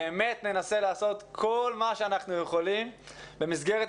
באמת ננסה לעשות כל מה שאנחנו יכולים במסגרת